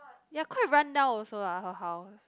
ya quite run down also lah her house